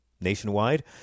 nationwide